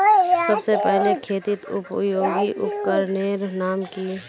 सबसे पहले खेतीत उपयोगी उपकरनेर नाम की?